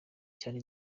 cyane